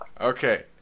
Okay